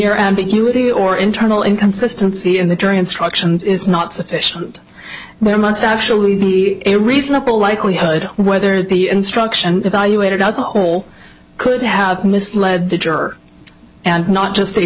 mere ambiguity or internal inconsistency in the jury instructions is not sufficient there must actually be a reasonable likelihood whether the instruction evaluated as a whole could have misled the juror and not just the